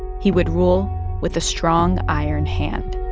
he would rule with a strong iron hand